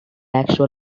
actual